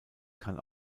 kann